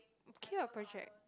okay ah project